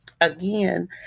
again